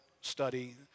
study